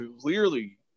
clearly